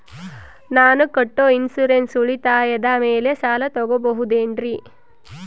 ನಾನು ಕಟ್ಟೊ ಇನ್ಸೂರೆನ್ಸ್ ಉಳಿತಾಯದ ಮೇಲೆ ಸಾಲ ತಗೋಬಹುದೇನ್ರಿ?